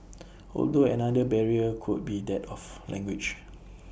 although another barrier could be that of language